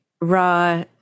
raw